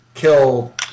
kill